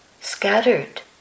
scattered